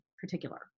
particular